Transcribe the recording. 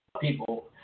people